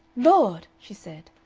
lord! she said.